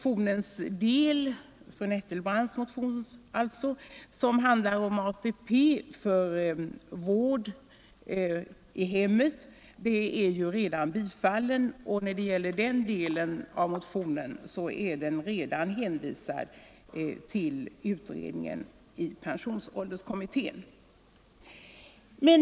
Den del av fru Nettelbrandts motion som handlar om ATP för vård i hemmet är redan bifallen och hänvisad till pensionsålderskommittén.